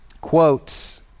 quotes